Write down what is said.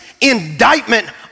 indictment